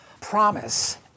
promise